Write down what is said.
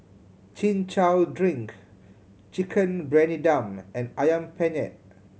Chin Chow drink Chicken Briyani Dum and Ayam Penyet